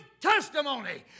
testimony